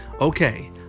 Okay